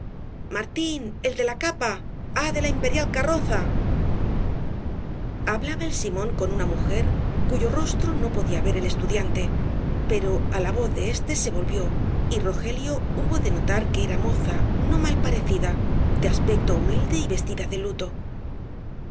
el de la capa ah de la imperial carroza hablaba el simón con una mujer cuyo rostro no podía ver el estudiante pero á la voz de éste se volvió y rogelio hubo de notar que era moza no mal parecida de aspecto humilde y vestida de luto